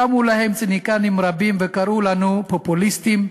קמו להם ציניקנים רבים וקראו לנו פופוליסטים.